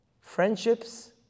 friendships